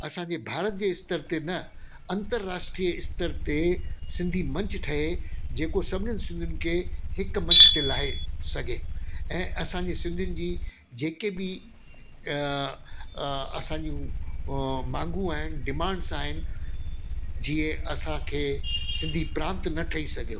असांजे भारत जे स्तर ते न अंतरराष्ट्रिय स्तर ते सिंधी मंच ठहे जेको सभिनीनि सिंधियुनि खे हिकु मंच ते लाहे सगे ऐं असांजे सिंधीनि जी जेके बि असां जूं मांगू आहिनि डिमांड्स आहिनि जीअं असांखे सिंधी प्रांप्त न ठही सघियो